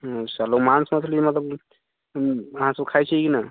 हँ चलू मांस मछली मतलब अहाँसब खाइ छिए की नहि